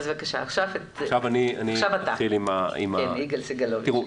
עכשיו אתחיל עם דבריי.